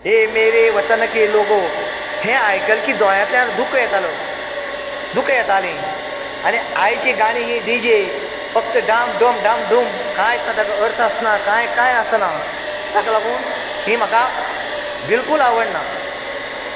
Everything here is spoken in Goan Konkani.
ये मेरे वतन के लोगों हें आयकलें की दोळ्यांतल्यान दूक येतालो दुकां येतालीं आनी आयची गाणीं हीं डी जे फक्त डाम डूम डाम डूम कांयत ना तेका अर्थ आसना कांय कांय आसना ताका लागून हीं म्हाका बिलकूल आवडनात